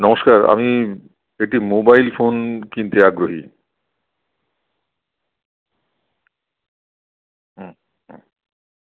নমস্কার আমি একটি মোবাইল ফোন কিনতে আগ্রহী হুম হুম